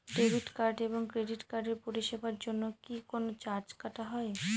Debit card এবং credit কার্ডের পরিষেবার জন্য কি কোন চার্জ কাটা হয়?